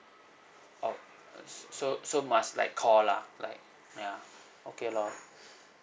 oh uh so so must like call lah like ya okay loh